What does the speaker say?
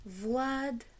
Vlad